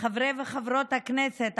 חברי וחברות הכנסת,